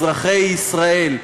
אזרחי ישראל.